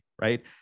right